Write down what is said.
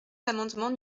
l’amendement